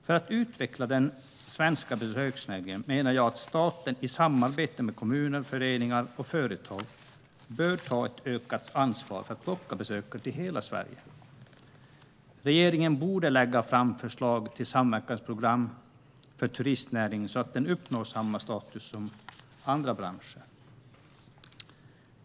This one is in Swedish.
För att utveckla den svenska besöksnäringen menar jag att staten i samarbete med kommuner, föreningar och företag bör ta ett ökat ansvar för att locka besökare till hela Sverige. Regeringen borde lägga fram förslag till samverkansprogram för turistnäringen, så att den uppnår samma status som andra branscher.